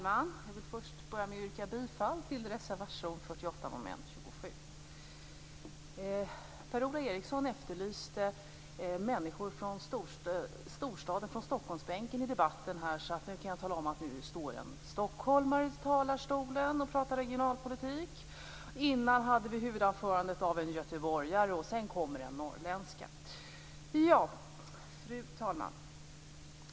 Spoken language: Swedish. Fru talman! Jag vill börja med att yrka bifall till reservation 48 under mom. 27. Per-Ola Eriksson efterlyste människor från storstäderna här i debatten, och jag kan tala om att det nu står en stockholmare i talarstolen och pratar om regionalpolitik. Tidigare har vi haft ett huvudanförande av en göteborgare, och efter mig kommer en norrländska. Fru talman!